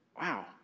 Wow